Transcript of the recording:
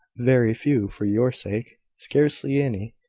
very few for your sake, scarcely any.